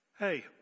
Hey